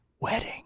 wedding